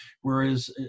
Whereas